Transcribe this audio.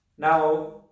Now